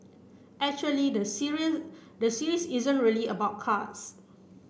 actually the series the series isn't really about cards